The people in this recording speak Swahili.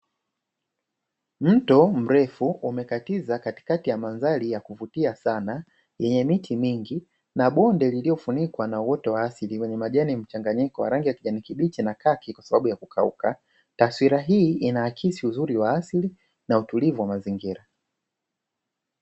Mto mrefu umekatiza katikati ya mandhari ya kuvutia sana, yenye miti mingi na bonde lililofunikwa na uoto wa asili wenye majani mchanganyiko ya rangi ya kijani kibichi na kaki kwa sababu ya kukauka. Taswira hii inaakisi uzuri wa asili na utulivu wa mazingira.